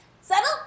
Settle